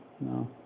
No